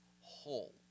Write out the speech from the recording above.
whole